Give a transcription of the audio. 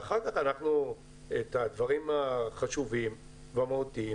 ואחר-כך אנחנו את הדברים החשובים והמהותיים,